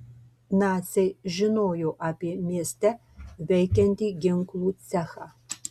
naciai žinojo apie mieste veikiantį ginklų cechą